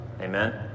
Amen